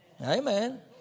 Amen